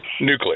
Nuclear